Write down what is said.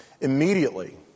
Immediately